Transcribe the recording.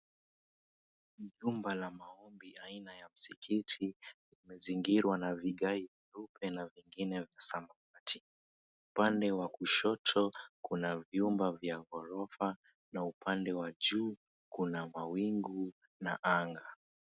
Ni jumba la maombi aina ya msikiti umezingirwa na vigai vyeupe na vingine vya samawati. Upande wa kushoto kuna vyumba vya ghorofa na upande wa juu kuna mawingu na anga.